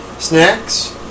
Snacks